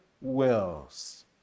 wills